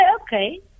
okay